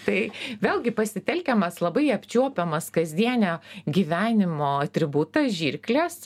tai vėlgi pasitelkiamas labai apčiuopiamas kasdienio gyvenimo atributas žirklės